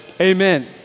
amen